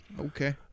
Okay